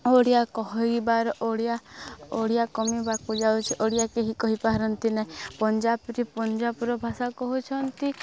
ଓଡ଼ିଆ କହିବାର ଓଡ଼ିଆ ଓଡ଼ିଆ କମିବାକୁ ଯାଉଛି ଓଡ଼ିଆ କେହି କହିପାରନ୍ତି ନାହିଁ ପଞ୍ଜାବରେ ପଞ୍ଜାବର ଭାଷା କହୁଛନ୍ତି